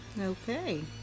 okay